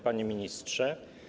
Panie Ministrze!